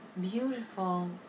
beautiful